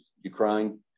Ukraine